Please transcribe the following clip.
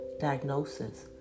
diagnosis